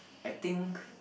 I think